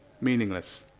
meaningless